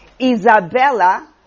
Isabella